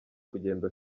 kugenda